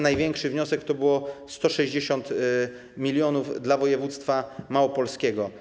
Największy wniosek to było 160 mln dla województwa małopolskiego.